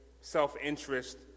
self-interest